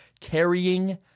carrying